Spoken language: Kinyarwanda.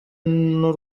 n’u